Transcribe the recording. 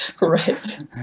Right